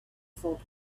filled